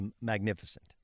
magnificent